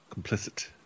Complicit